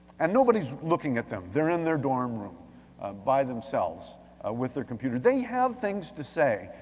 and nobody's looking at them, they're in their dorm room by themselves with their computer. they have things to say,